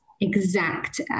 exact